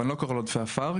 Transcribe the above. ואני לא קורא לו עודפי עפר.